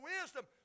wisdom